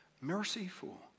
Merciful